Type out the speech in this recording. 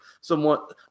somewhat